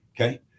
okay